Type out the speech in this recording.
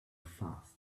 fast